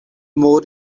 more